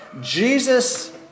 Jesus